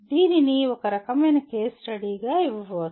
దీనిని ఒకరకమైన కేస్ స్టడీగా ఇవ్వవచ్చు